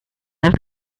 never